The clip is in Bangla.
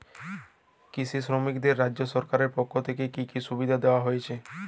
কৃষি শ্রমিকদের রাজ্য সরকারের পক্ষ থেকে কি কি সুবিধা দেওয়া হয়েছে?